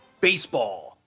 baseball